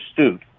astute